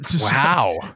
Wow